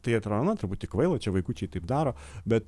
tai atro nu truputį kvaila čia vaikučiai taip daro bet